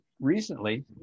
recently